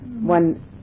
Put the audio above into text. one